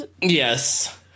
Yes